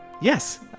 Yes